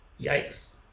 Yikes